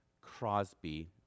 Crosby